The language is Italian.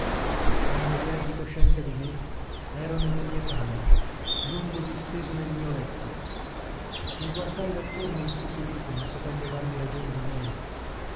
quando riebbi coscienza di me ero nella mia camera lungo disteso nel mio letto mi guardai dattorno istupidito non sapendo darmi ragione di niente